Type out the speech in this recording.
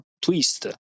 twist